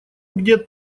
где